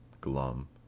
glum